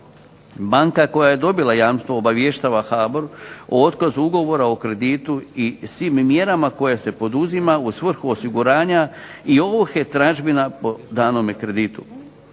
Banka koja je dobila jamstvo obavještava HBOR o otkazu ugovora o kreditu i svim mjerama koje se poduzima u svrhu osiguranja i ovrhe tražbina po danome kreditu.